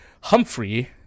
Humphrey